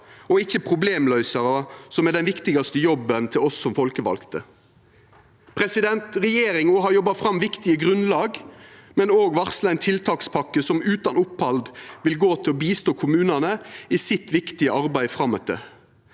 og ikkje problemløysarar, som er den viktigaste jobben til oss som folkevalde. Regjeringa har jobba fram viktige grunnlag, men òg varsla ei tiltakspakke som utan opphald vil gå til å hjelpa kommunane i deira viktige arbeid frametter.